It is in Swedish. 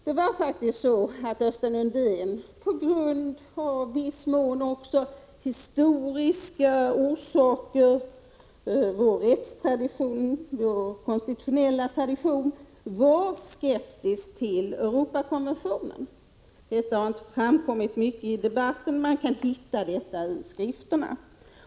Östen Undén var i viss mån — på grund av historiska orsaker, rättstradition och vår konstitutionella tradition — skeptisk till Europakonventionen. Detta har inte framkommit så mycket i debatten, men det framgår av skrifterna.